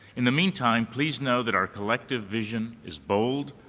in the meantime, please know that our collective vision is bold,